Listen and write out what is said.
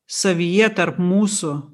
savyje tarp mūsų